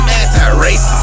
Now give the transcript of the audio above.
anti-racist